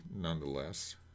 nonetheless